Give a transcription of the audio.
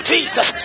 Jesus